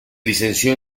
licenció